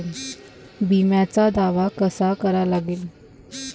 बिम्याचा दावा कसा करा लागते?